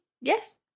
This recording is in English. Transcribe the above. Yes